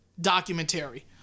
documentary